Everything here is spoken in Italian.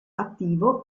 attivo